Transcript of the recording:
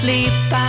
Sleep